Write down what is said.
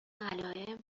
علائم